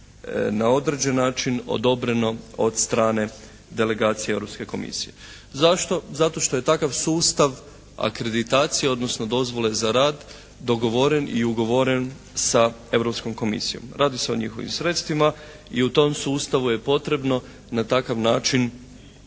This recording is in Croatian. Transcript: na određen način odobreno od strane delegacije europske komisije. Zašto? Zato što je takav sustav akreditacije, odnosno dozvole za rad dogovoren i ugovoren sa europskom komisijom. Radi se o njihovim sredstvima i u tom sustavu je potrebno na takav način